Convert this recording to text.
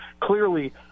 clearly